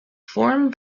form